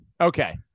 okay